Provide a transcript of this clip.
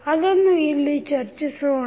ಅದನ್ನು ಇಲ್ಲಿ ಚರ್ಚಿಸೋಣ